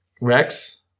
Rex